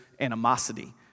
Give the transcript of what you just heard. animosity